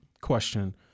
question